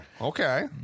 okay